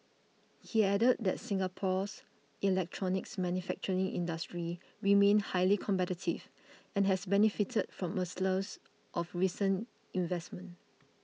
he added that Singapore's electronics manufacturing industry remained highly competitive and has benefited from a of recent investments